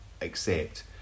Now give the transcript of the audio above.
accept